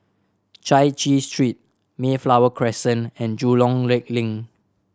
Chai Chee Street Mayflower Crescent and Jurong Lake Link